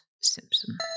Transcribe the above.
Simpson